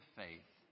faith